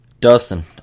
Dustin